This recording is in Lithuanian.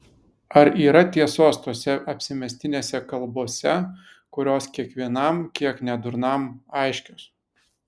ar yra tiesos tose apsimestinėse kalbose kurios kiekvienam kiek nedurnam aiškios